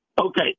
Okay